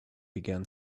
began